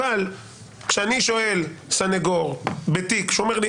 כשאני שואל סניגור בתיק שהוא אומר לי,